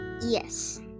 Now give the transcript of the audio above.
Yes